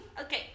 Okay